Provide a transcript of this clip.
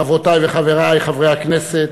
חברותי וחברי חברי הכנסת,